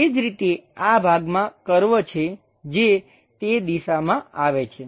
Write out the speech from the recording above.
એ જ રીતે આ ભાગમાં કર્વ છે જે તે દિશામાં આવે છે